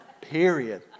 Period